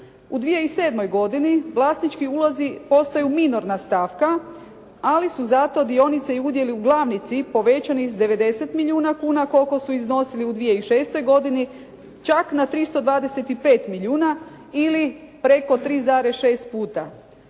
U 2007. godini vlasnički ulozi postaju minorna stavka ali su zato dionice i udjeli u glavnici povećani iz 90 milijuna kuna koliko su iznosili u 2006. godini čak na 325 milijuna ili preko 3,6 puta.